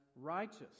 Righteous